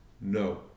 No